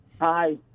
Hi